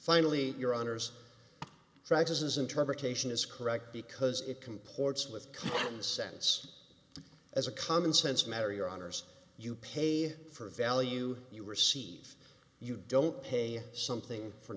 finally your honour's practices interpretation is correct because it comports with common sense as a common sense matter your honour's you pay for value you receive you don't pay something for